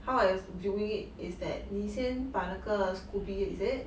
how I viewing it is that 你先把那个 scoby is it